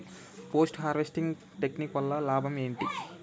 Post harvesting technique వల్ల లాభం ఏంటి?